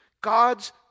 God's